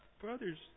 brothers